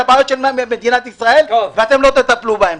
הבעיות של מדינת ישראל ואתם לא תטפלו בהם.